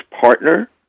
partner